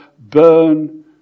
burn